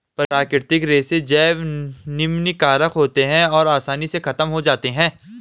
प्राकृतिक रेशे जैव निम्नीकारक होते हैं और आसानी से ख़त्म हो जाते हैं